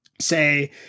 say